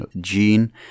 gene